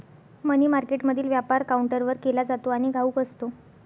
मनी मार्केटमधील व्यापार काउंटरवर केला जातो आणि घाऊक असतो